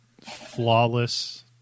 flawless